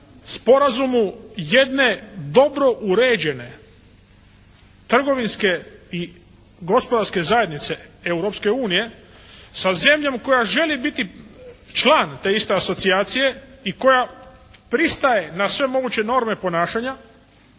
sporazumu jedne dobro uređene trgovinske i gospodarske zajednice Europske unije sa zemljom koja želi biti član te iste asocijacije i koja pristaje na sve moguće norme ponašanja,